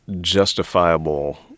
justifiable